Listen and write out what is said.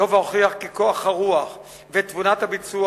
לובה הוכיח כי כוח הרוח ותבונת הביצוע